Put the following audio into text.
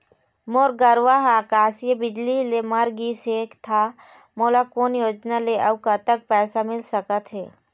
मोर गरवा हा आकसीय बिजली ले मर गिस हे था मोला कोन योजना ले अऊ कतक पैसा मिल सका थे?